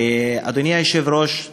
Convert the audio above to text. אדוני היושב-ראש,